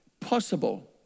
possible